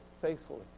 faithfully